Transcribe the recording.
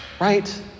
right